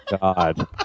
God